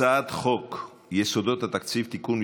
הצעת חוק יסודות התקציב (תיקון מס'